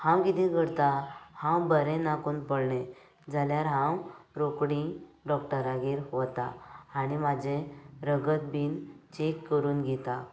हांव कितें करता हांव बरें ना कुन पडले जाल्यार हांव रोखडी डॉक्टरागेर वता आनी म्हाजें रगत बीन चेक करून घेतां